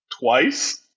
twice